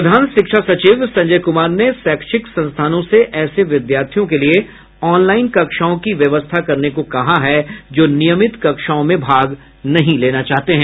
प्रधान शिक्षा सचिव संजय कुमार ने शैक्षिक संस्थानों से ऐसे विद्यार्थियों के लिए ऑनलाइन कक्षाओं की व्यवस्था करने को कहा है जो नियमित कक्षाओं में भाग नहीं लेना चाहते हैं